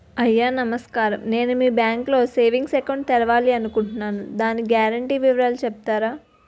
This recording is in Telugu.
అయ్యా నమస్కారం నేను మీ బ్యాంక్ లో సేవింగ్స్ అకౌంట్ తెరవాలి అనుకుంటున్నాను దాని గ్యారంటీ వివరాలు చెప్తారా?